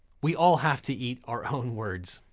we all have to eat our own words.